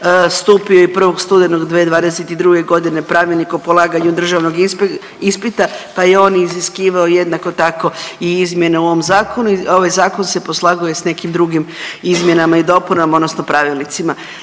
stupio i 1. studenog 2022. godine Pravilnik o polaganju državnog ispita, pa je on iziskivao jednako tako i izmjene u ovom zakonu. Ovaj zakon se poslaguje sa nekim drugim izmjenama i dopunama odnosno pravilnicima.